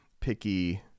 picky